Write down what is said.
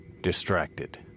distracted